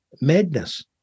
madness